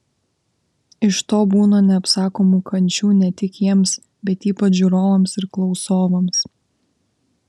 iš to būna neapsakomų kančių ne tik jiems bet ypač žiūrovams ir klausovams